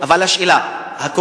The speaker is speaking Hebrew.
אבל השאלה היא,